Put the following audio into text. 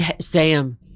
Sam